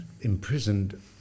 imprisoned